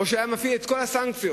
או שהיה מפעיל את כל הסנקציות?